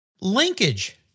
Linkage